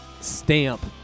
stamp